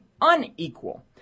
unequal